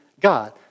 God